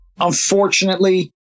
unfortunately